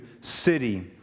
city